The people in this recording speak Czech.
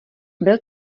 byl